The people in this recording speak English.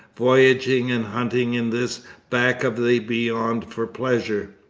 voyaging and hunting in this back-of-beyond for pleasure.